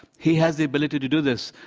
he has the ability to do this.